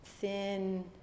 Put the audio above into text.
thin